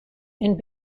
and